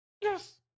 Yes